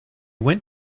went